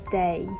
day